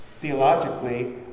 Theologically